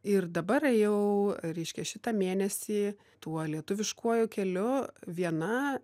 ir dabar jau reiškia šitą mėnesį tuo lietuviškuoju keliu viena